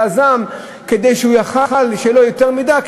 כדי שיהיה לו יותר מידע.